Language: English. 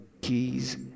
Keys